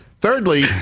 Thirdly